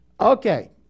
Okay